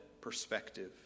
perspective